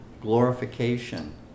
glorification